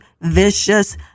vicious